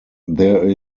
there